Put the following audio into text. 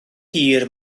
hir